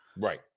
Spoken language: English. Right